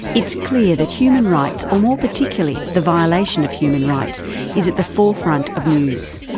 it's clear that human rights, or more particularly the violation of human rights is at the forefront of news,